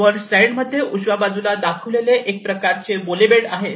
वर स्लाईड मध्ये उजव्या बाजूला दाखविलेले एक प्रकारचे बोले बेड आहे